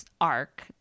arc